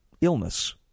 illness